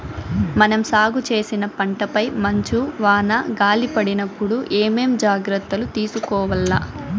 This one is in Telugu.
మనం సాగు చేసిన పంటపై మంచు, వాన, గాలి పడినప్పుడు ఏమేం జాగ్రత్తలు తీసుకోవల్ల?